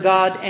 God